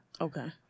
Okay